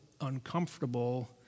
uncomfortable